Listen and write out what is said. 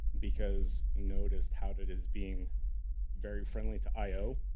because node is touted as being very friendly to i o.